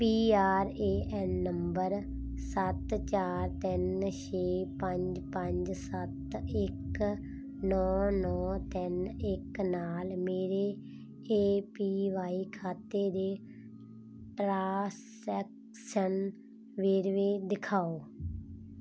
P R A N number ਸੱਤ ਚਾਰ ਤਿੰਨ ਛੇ ਪੰਜ ਪੰਜ ਸੱਤ ਇੱਕ ਨੌਂ ਨੌਂ ਤਿੰਨ ਇੱਕ ਨਾਲ ਮੇਰੇ ਏ ਪੀ ਵਾਈ ਖਾਤੇ ਦੇ ਟ੍ਰਾਂਸੈਕਸ਼ਨ ਵੇਰਵੇ ਦਿਖਾਓ